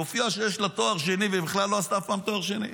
הופיע שיש לה תואר שני והיא בכלל לא עשתה אף פעם תואר שני?